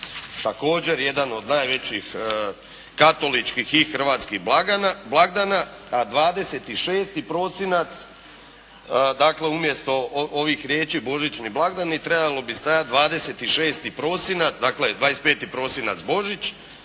također jedan od najvećih Katoličkih i hrvatskih blagdana, a 26. prosinac, dakle umjesto ovih riječi božićni blagdani trebalo bi stajati 26. prosinac. Dakle, 25. prosinac Božić,